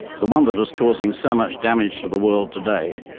the one that is causing so much damage for the world today,